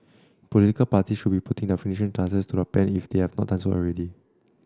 political parties should be putting the finishing touches to their plans if they have not done so already